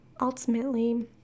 ultimately